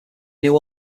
new